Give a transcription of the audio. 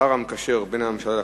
השר המקשר בין הממשלה לכנסת,